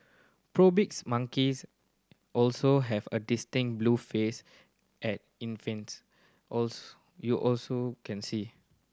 monkeys also have a distinct blue face at infancy also you also can see